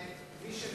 מכובדי השר,